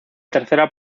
tercera